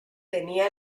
tenía